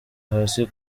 hasi